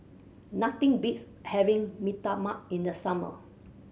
nothing beats having Mee Tai Mak in the summer